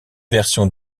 versions